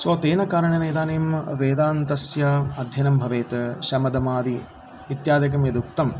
सो तेन कारणेन इदानीं वेदान्तस्य अध्ययनं भवेत् शमदमादि इत्यादिकं यदुक्तं